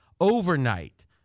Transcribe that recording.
overnight